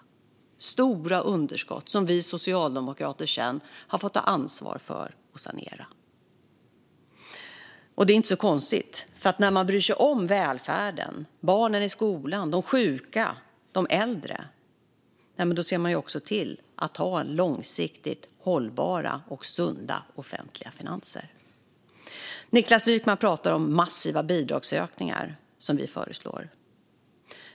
Det är stora underskott som vi socialdemokrater sedan har fått ta ansvar för att sanera. Det är inte så konstigt, för när man bryr sig om välfärden, barnen i skolan, de sjuka och de äldre ser man också till att ha långsiktigt hållbara och sunda offentliga finanser. Niklas Wykman talar om massiva bidragsökningar som vi föreslår.